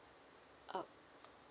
uh